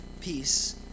peace